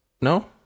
no